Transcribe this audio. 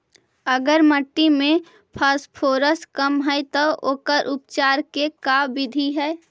अगर मट्टी में फास्फोरस कम है त ओकर उपचार के का बिधि है?